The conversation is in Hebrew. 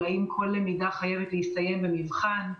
האם כל למידה חייבת להסתיים במבחן?